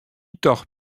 tocht